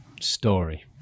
story